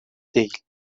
değil